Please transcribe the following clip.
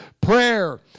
Prayer